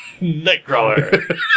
Nightcrawler